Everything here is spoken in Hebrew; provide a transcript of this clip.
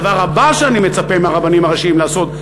הדבר הבא שאני מצפה מהרבנים הראשיים לעשות,